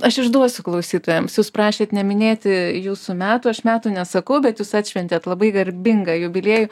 aš išduosiu klausytojams jūs prašėt neminėti jūsų metų aš metų nesakau bet jūs atšventėt labai garbingą jubiliejų